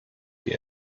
die